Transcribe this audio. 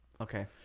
Okay